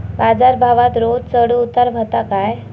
बाजार भावात रोज चढउतार व्हता काय?